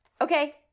okay